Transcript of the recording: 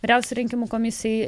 vyriausiai rinkimų komisijai